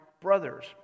brothers